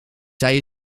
zij